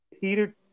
Peter